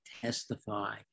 testify